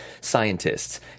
scientists